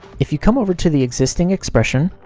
if you come over to the existing expression,